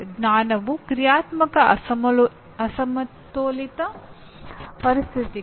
ಜ್ಞಾನವು ಕ್ರಿಯಾತ್ಮಕ ಅಸಮತೋಲಿತ ಪರಿಸ್ಥಿತಿಗಳು